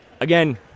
again